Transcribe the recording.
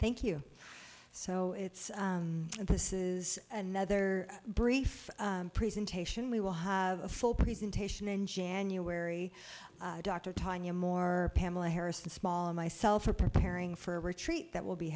thank you so it's and this is another brief presentation we will have a full presentation in january dr tanya moore pamela harrison small and myself are preparing for a retreat that will be